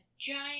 giant